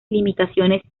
limitaciones